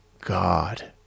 God